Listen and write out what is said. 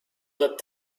that